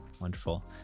Wonderful